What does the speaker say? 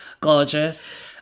Gorgeous